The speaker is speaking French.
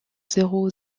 zéro